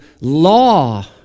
law